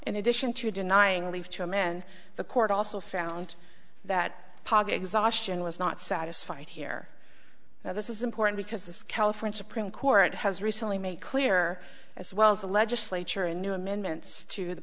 in addition to denying leave to amend the court also found that pov exhaustion was not satisfied here now this is important because the california supreme court has recently made clear as well as the legislature in new amendments to the